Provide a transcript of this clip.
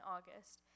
August